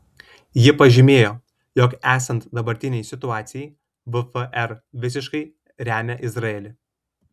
ji pažymėjo jog esant dabartinei situacijai vfr visiškai remia izraelį